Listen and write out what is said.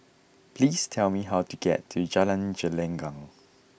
please tell me how to get to Jalan Gelenggang